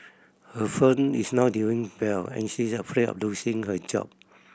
her firm is not doing well and she is afraid of losing her job